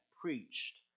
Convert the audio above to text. preached